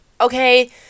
okay